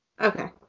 Okay